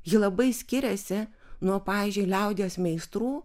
ji labai skiriasi nuo pavyzdžiui liaudies meistrų